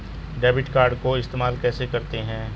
Debit card को इस्तेमाल कैसे करते हैं?